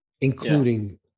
including